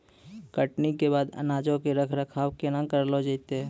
कटनी के बाद अनाजो के रख रखाव केना करलो जैतै?